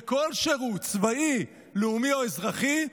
לכל שירות צבאי לאומי או אזרחי,